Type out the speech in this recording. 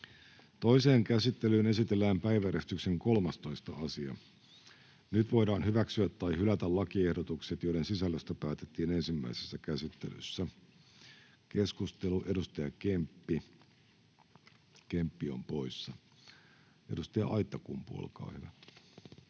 Toiseen käsittelyyn esitellään päiväjärjestyksen 13. asia. Nyt voidaan hyväksyä tai hylätä lakiehdotukset, joiden sisällöstä päätettiin ensimmäisessä käsittelyssä. — Keskustelu, edustaja Kemppi. Kemppi on poissa. — Edustaja Aittakumpu, olkaa hyvä.